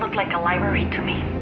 um like a library to me.